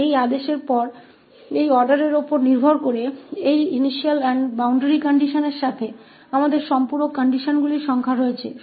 तो इस आदेश के आधार पर इन प्रारंभिक और बाउंड्री कंडीशंस के साथ हमारे पास पूरक शर्तों की संख्या है